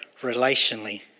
relationally